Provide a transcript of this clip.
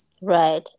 Right